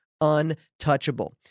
untouchable